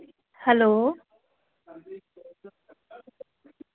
okay